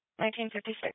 1956